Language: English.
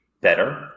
better